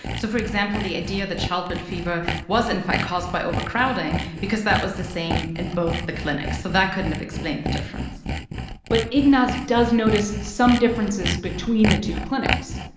so for example, the idea that childbed fever was, in fact, caused by overcrowding because that was the same in both the clinics. so that couldn't have explained the difference but ignaz does notice some differences between the two clinics.